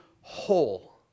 whole